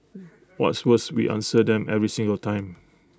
what's worse we answer them every single time